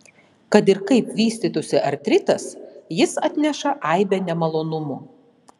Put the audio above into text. kad ir kaip vystytųsi artritas jis atneša aibę nemalonumų